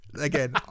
Again